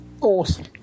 awesome